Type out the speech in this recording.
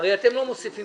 הרי אתם לא מוסיפים